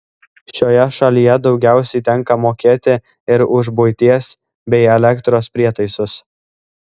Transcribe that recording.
šioje šalyje daugiausiai tenka mokėti ir už buities bei elektros prietaisus